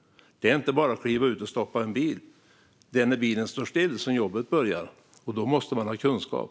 Det är inte bara att kliva ut och stoppa en bil. Det är när bilen står stilla som jobbet börjar, och då måste man ha kunskap.